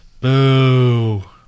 Boo